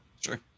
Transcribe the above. Sure